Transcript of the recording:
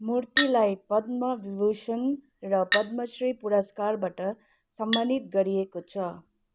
मूर्तिलाई पद्मविभूषण र पद्मश्री पुरस्कारबाट सम्मानित गरिएको छ